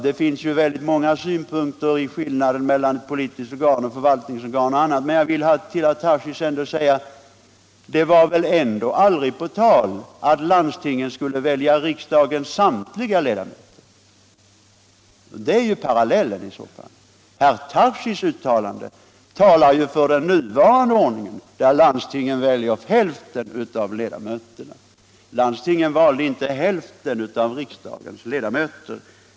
Det finns väldigt många synpunkter på skillnaden mellan politiska organ och förvaltningsorgan, men jag vill till herr Tarschys säga, att det var väl ändå aldrig på tal att landstingen skulle välja riksdagens samtliga ledamöter — det hade ju varit parallellen i så fall. Herr Tarschys resonemang talar ju för den nuvarande ordningen, där landstingen väljer hälften av ledamöterna i länsstyrelserna. Landstingen valde aldrig hälften av riksdagens ledamöter.